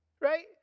Right